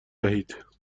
دهید